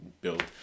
build